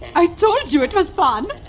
i told you it was fun!